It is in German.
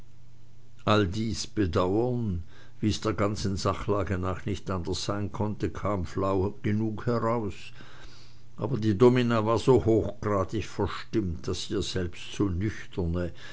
all dies bedauern wie's der ganzen sachlage nach nicht anders sein konnte kam flau genug heraus aber die domina war so hochgradig verstimmt daß ihr selbst so